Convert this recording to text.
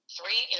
Three